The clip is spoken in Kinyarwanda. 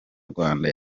rwanda